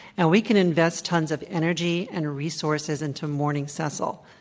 and we can invest tons of energy and resources into mourning cecil.